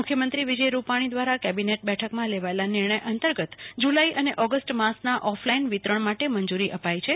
મુખ્યમંત્રી વિજય રૂપાણી દ્વારા કેબિનેટ બેઠકમાં લેવાયેલા નિર્ણય અંતર્ગત જુલાઈ અને ઓગષ્ટ માસના ઓફલાઈન વીતરણ માટે મંજૂરી અપાઈ છે